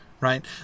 right